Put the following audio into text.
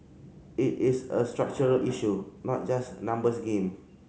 it is a structural issue not just a numbers game